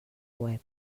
web